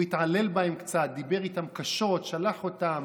הוא התעלל בהם קצת, דיבר איתם קשות, שלח אותם,